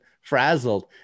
frazzled